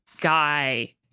guy